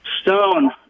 Stone